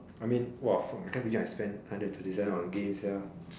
I mean !wah! fuck I can't believe I spent hundred and thirty seven on game sia